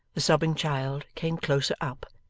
the sobbing child came closer up,